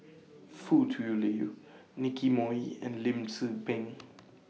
Foo Tui Liew Nicky Moey and Lim Tze Peng